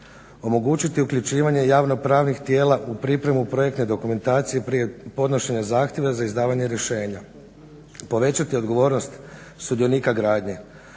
omogućiti uključivanje javnopravnih tijela u pripremi projektne dokumentacije prije podnošenja zahtjeva za izdavanje rješenja; povećati odgovornost sudionika gradnje,